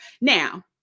Now